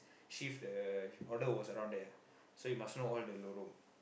shift the order was around there ah so you must know all the lorong